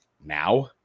now